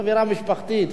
באווירה משפחתית.